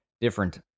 different